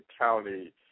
county